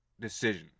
decision